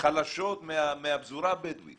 חלשות מהפזורה הבדואית